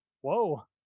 whoa